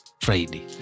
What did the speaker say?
Friday